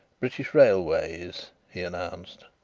british railways he announced.